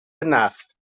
نفت